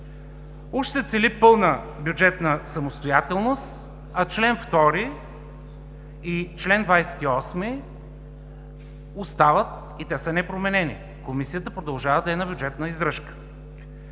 Уж се цели пълна бюджетна самостоятелност, а чл. 2 и чл. 28 остават и са непроменени – Комисията продължава да е на бюджетна издръжка.